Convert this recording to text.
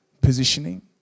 positioning